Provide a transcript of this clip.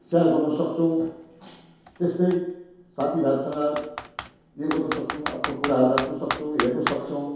share गर्नुसक्छौँ त्यस्तै साथीभाइहरूसँग यो गर्नुसक्छौँ आफ्नो कुराहरू राख्नुसक्छौँ हेर्नुसक्छौँ